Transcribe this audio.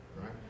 right